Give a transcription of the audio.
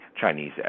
Chinese